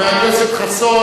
חבר הכנסת חסון.